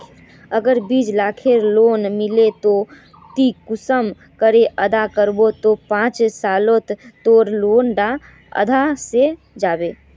अगर बीस लाखेर लोन लिलो ते ती कुंसम करे अदा करबो ते पाँच सालोत तोर लोन डा अदा है जाबे?